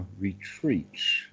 retreats